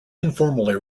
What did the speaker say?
informally